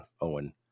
Owen